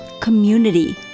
community